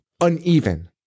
uneven